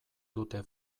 dute